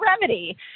remedy